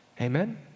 Amen